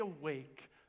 awake